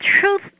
truth